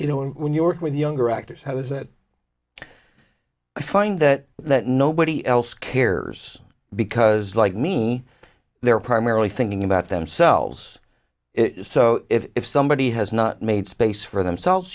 you know and when you work with younger actors how is it i find that that nobody else cares because like me they're primarily thinking about themselves it's so if somebody has not made space for themselves